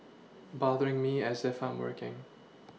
bothering me as if I'm working